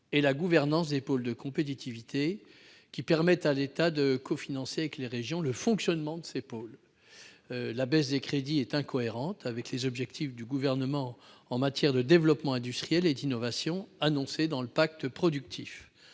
et la gouvernance des pôles de compétitivité qui permettent à l'État de cofinancer avec les régions le fonctionnement de ces pôles. Le rôle de ces pôles est en effet essentiel. La baisse des crédits est incohérente avec les objectifs du Gouvernement en matière de développement industriel et d'innovation annoncés dans le pacte productif.